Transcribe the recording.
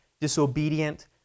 disobedient